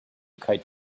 kite